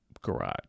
garage